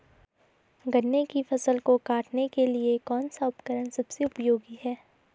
गन्ने की फसल को काटने के लिए कौन सा उपकरण सबसे उपयोगी है?